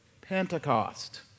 Pentecost